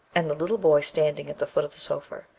and the little boy standing at the foot of the sofa.